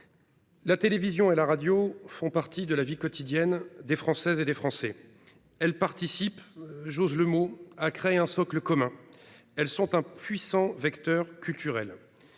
La télévision et la radio font partie de la vie quotidienne des Françaises et des Français. Elles participent à créer un socle commun- j'ose le mot -et sont un puissant vecteur culturel.